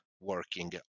working